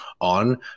on